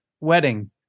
wedding